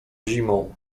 zimą